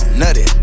nutty